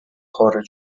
خارج